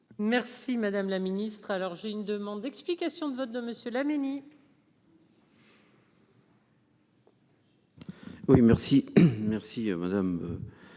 Merci madame la ministre, alors j'ai une demande d'explication de vote de Monsieur, la Mini.